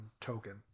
token